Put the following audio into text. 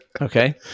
Okay